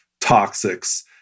toxics